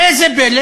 ראה זה פלא,